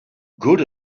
good